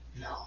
No